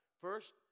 First